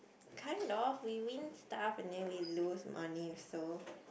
kind of we win stuff and then we lose money also